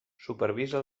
supervisa